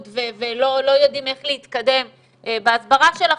ולא יודעים איך להתקדם בהסברה שלכם,